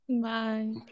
Bye